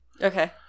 Okay